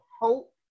hope